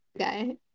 okay